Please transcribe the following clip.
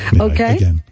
Okay